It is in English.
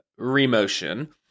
remotion